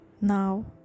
Now